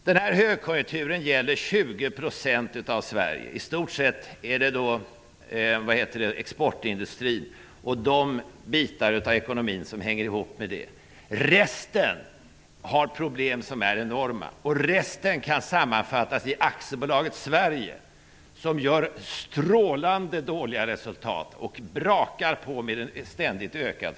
Den här högkonjunkturen gäller 20 % av Sverige. I stort sett omfattar den exportindustrin och de delar av ekonomin som hänger ihop med den industrin. Övriga delar har enorma problem. Det kan sammanfattas med att aktiebolaget Sverige gör strålande dåliga resultat och att skulden ständigt ökar.